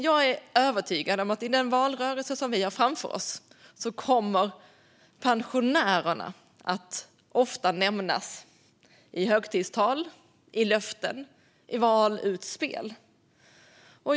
Jag är övertygad om att i den valrörelse som vi har framför oss kommer pensionärerna att nämnas ofta i högtidstal, i löften och i valutspel.